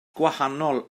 gwahanol